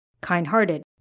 kind-hearted